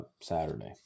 Saturday